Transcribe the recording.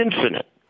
infinite